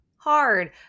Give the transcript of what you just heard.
Hard